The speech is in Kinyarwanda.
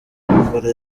tombola